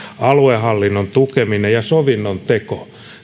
aluehallinnon tukeminen ja sovinnonteko